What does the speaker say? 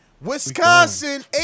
Wisconsin